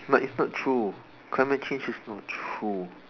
but it's not true climate change is not true